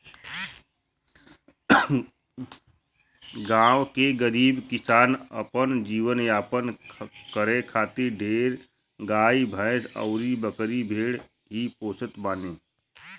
गांव के गरीब किसान अपन जीवन यापन करे खातिर ढेर गाई भैस अउरी बकरी भेड़ ही पोसत बाने